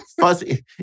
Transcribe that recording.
fuzzy